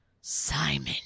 Simon